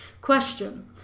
Question